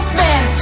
man